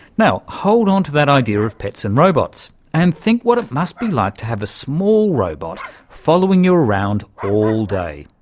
hold on to that idea of pets and robots, and think what it must be like to have a small robot following you around all day,